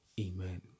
Amen